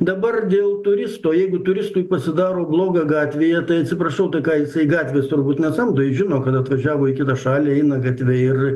dabar dėl turisto jeigu turistui pasidaro bloga gatvėje tai atsiprašau ką jisai gatvės turbūt nesamdo jis žino kad atvažiavo į kitą šalį eina gatve ir